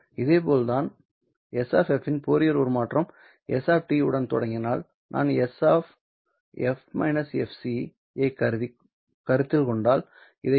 இதேபோல் நான் S இன் ஃபோரியர் உருமாற்றம் s உடன் தொடங்கினால் நான் S ஐக் கருத்தில் கொண்டால் இதை e j2πfc